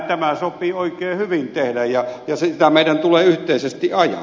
tämä sopii oikein hyvin tehdä ja sitä meidän tulee yhteisesti ajaa